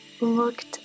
looked